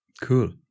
Cool